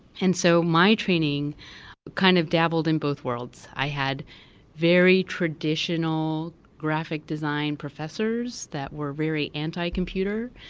and so my training kind of dabbled in both worlds. i had very traditional graphic design professors that were very anti-computer,